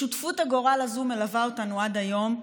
שותפות הגורל הזו מלווה אותנו עד היום,